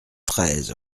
treize